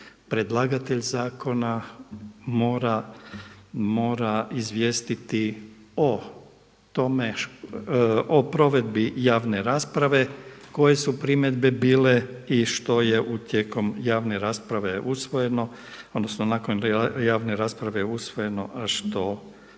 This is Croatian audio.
predlagatelj zakona mora izvijestiti o tome, o provedbi javne rasprave koje su primjedbe bile i što je tijekom javne rasprave usvojeno, odnosno nakon javne rasprave usvojeno što nije